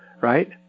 right